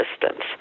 distance